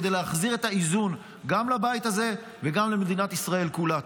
כדי להחזיר את האיזון גם לבית הזה וגם למדינת ישראל כולה.